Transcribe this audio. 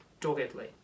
doggedly